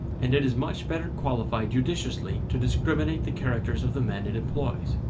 and it is much better qualified judiciously to discriminate the characters of the men it employs.